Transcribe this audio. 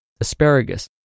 asparagus